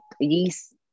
yeast